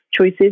choices